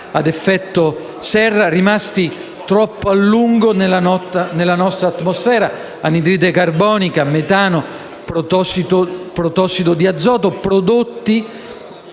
ad effetto serra, rimasti troppo a lungo nella nostra atmosfera: anidride carbonica, metano, protossido di azoto, prodotti